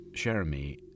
Jeremy